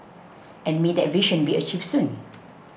and may that vision be achieved soon